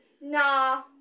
Nah